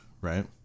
right